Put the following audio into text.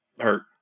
hurt